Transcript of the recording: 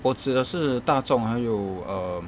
我指的是大众还有 err